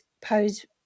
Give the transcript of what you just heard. pose